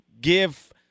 give